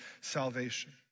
salvation